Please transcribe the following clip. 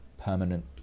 permanent